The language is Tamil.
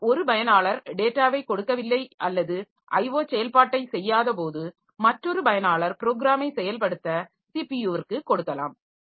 பின்னர் ஒரு பயனாளர் டேட்டாவைக் கொடுக்கவில்லை அல்லது IO செயல்பாட்டைச் செய்யாதபோது மற்றொரு பயனாளர் ப்ரோக்கிராமை செயல்படுத்த சிபியுவிற்கு காெடுக்கலாம்